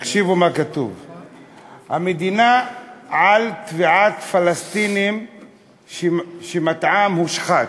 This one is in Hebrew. תקשיבו מה כתוב: המדינה על תביעת פלסטינים שמטעם הושחת,